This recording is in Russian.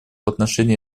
отношении